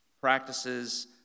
practices